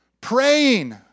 praying